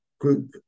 Group